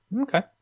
Okay